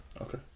Okay